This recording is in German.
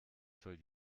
soll